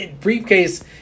briefcase